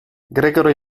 gregory